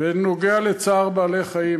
זה נוגע לצער בעלי-חיים,